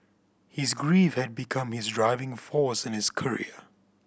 his grief had become his driving force in his career